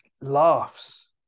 laughs